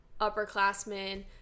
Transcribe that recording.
upperclassmen